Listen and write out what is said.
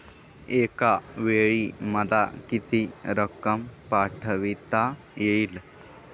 एकावेळी मला किती रक्कम पाठविता येईल?